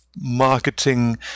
marketing